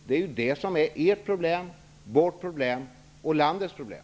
Det är detta som är ert problem, vårt problem och landets problem.